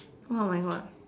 !wah! oh my god